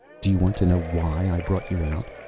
do you want to know why i brought you out?